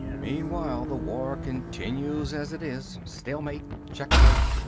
meanwhile the war continues as it is. stalemate. checkmate.